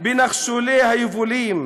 בנחשולי היבולים,